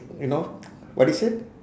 you know what I said